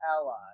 ally